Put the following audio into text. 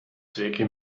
zwecke